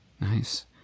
Nice